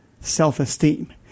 self-esteem